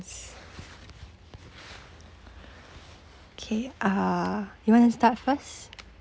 okay uh you want to start first